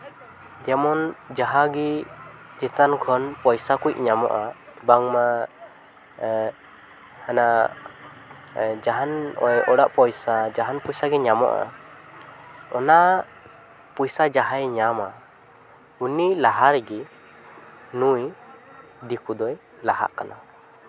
ᱡᱮᱢᱚᱱ ᱡᱟᱦᱟᱸᱜᱮ ᱪᱮᱛᱟᱱ ᱠᱷᱚᱱ ᱯᱚᱭᱥᱟ ᱠᱚ ᱧᱟᱢᱚᱜᱼᱟ ᱵᱟᱝᱢᱟ ᱦᱟᱱᱟ ᱡᱟᱦᱟᱱ ᱚᱲᱟᱜ ᱯᱚᱭᱥᱟ ᱡᱟᱦᱟᱱ ᱯᱚᱭᱥᱟᱜᱮ ᱧᱟᱢᱚᱜᱼᱟ ᱚᱱᱟ ᱯᱚᱭᱥᱟ ᱡᱟᱦᱟᱸᱭᱮ ᱧᱟᱢᱟ ᱩᱱᱤ ᱞᱟᱦᱟ ᱞᱟᱹᱜᱤᱫ ᱱᱩᱭ ᱫᱤᱠᱩ ᱫᱚᱭ ᱞᱟᱦᱟᱜ ᱠᱟᱱᱟ